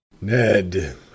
Ned